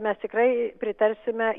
mes tikrai pritarsime